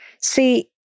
see